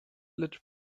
lecz